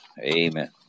Amen